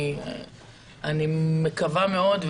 אני מקווה מאוד,